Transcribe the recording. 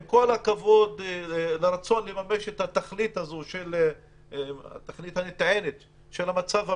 עם כל הכבוד לרצון לממש את התכלית הנטענת של המצב הבריאותי,